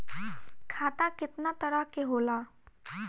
खाता केतना तरह के होला?